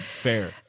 fair